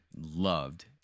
loved